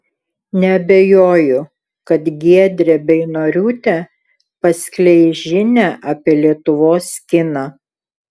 neabejoju kad giedrė beinoriūtė paskleis žinią apie lietuvos kiną